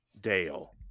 Dale